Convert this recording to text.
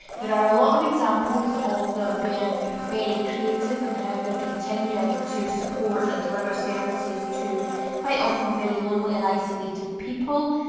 are a lot of examples of them being very creative in how they're continuing to support and deliver services to quite often very lonely and isolated people.